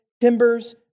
timbers